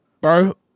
Bro